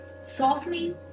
Softening